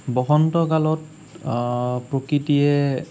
বসন্ত কালত প্রকৃতিয়ে